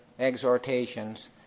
exhortations